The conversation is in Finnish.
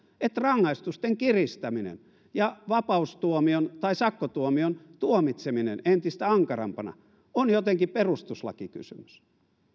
että rangaistusten kiristäminen ja vapaustuomion tai sakkotuomion tuomitseminen entistä ankarampana on jotenkin perustuslakikysymys